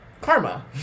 karma